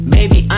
Baby